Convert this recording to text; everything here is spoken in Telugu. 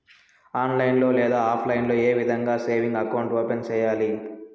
ఆన్లైన్ లో లేదా ఆప్లైన్ లో ఏ విధంగా సేవింగ్ అకౌంట్ ఓపెన్ సేయాలి